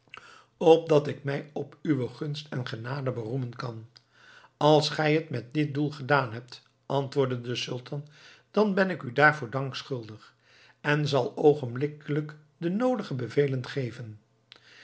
opdat ik mij op uwe gunst en genade beroemen kan als gij het met dit doel gedaan hebt antwoordde de sultan dan ben ik u daarvoor dank schuldig en zal oogenblikkelijk de noodige bevelen geven